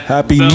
Happy